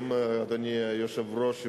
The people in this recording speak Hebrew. ואדוני היושב-ראש,